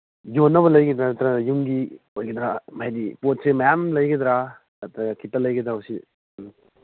ꯌꯣꯟꯅꯕ ꯂꯩꯒꯗ꯭ꯔꯥ ꯅꯠꯇ꯭ꯔꯒꯅ ꯌꯨꯝꯒꯤ ꯑꯣꯏꯒꯗ꯭ꯔꯥ ꯍꯥꯏꯗꯤ ꯄꯣꯠꯁꯦ ꯃꯌꯥꯝ ꯂꯩꯒꯗ꯭ꯔꯥ ꯅꯠꯇ꯭ꯔꯒ ꯈꯤꯇ ꯂꯩꯒꯗꯧꯁꯤ ꯎꯝ